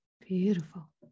Beautiful